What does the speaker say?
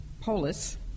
Polis